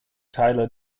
tyler